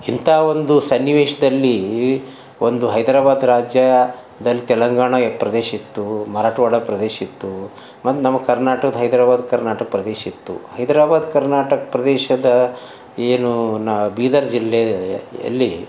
ಇಂಥಾ ಒಂದು ಸನ್ನಿವೇಶದಲ್ಲಿ ಒಂದು ಹೈದರಾಬಾದ್ ರಾಜ್ಯದಲ್ಲಿ ತೆಲಂಗಾಣ ಪ್ರದೇಶಿತ್ತು ಮರಾಠ್ವಾಡ ಪ್ರದೇಶಿತ್ತು ಮತ್ತು ನಮ್ಮ ಕರ್ನಾಟಕದ ಹೈದರಾಬಾದ್ ಕರ್ನಾಟಕ ಪ್ರದೇಶಿತ್ತು ಹೈದರಾಬಾದ್ ಕರ್ನಾಟಕ ಪ್ರದೇಶದ ಏನು ನಾ ಬೀದರ್ ಜಿಲ್ಲೆಯಲ್ಲಿ